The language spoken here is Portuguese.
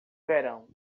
verão